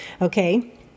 okay